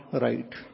right